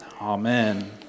Amen